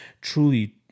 truly